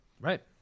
Right